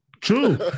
true